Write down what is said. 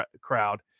crowd